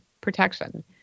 protection